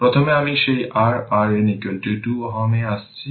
প্রথমে আমি সেই R RN 2 Ω এ আসছি